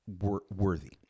worthy